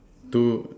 two